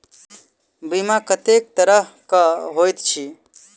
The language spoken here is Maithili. बीमा कत्तेक तरह कऽ होइत छी?